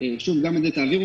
אשמח, שוב, שגם את זה תעבירו.